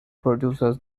produces